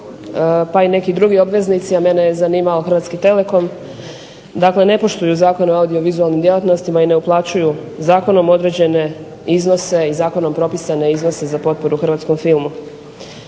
pa i neki drugi obveznici, mene je zanimao Hrvatski telekom, dakle, ne poštuju Zakon o audiovizualnim djelatnostima i ne uplaćuju zakonom određene iznose i zakonom propisane iznose za potporu Hrvatskom filmu.